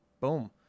boom